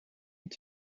het